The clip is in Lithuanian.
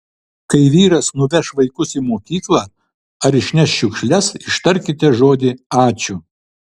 kai vyras nuveš vaikus į mokyklą ar išneš šiukšles ištarkite žodį ačiū